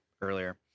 earlier